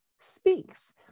speaks